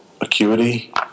acuity